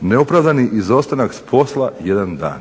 neopravdani izostanak s posla jedan dan,